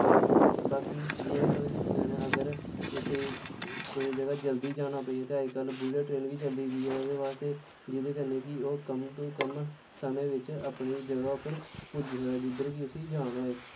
ते बाकी जि'यां कि तुस दिक्खी सकदे अगर कुसै ई कुसै जगह् जल्दी जाना पेई जंदा अज्जकल बुलेट ट्रेन बी चली दी ऐ ओह्दे बास्तै जेहदे कन्नै कि ओह् कम तूं कम समें बिच अपनी जगह् उप्पर पुज्जी सकदा जिद्धर बी उसी जाना होए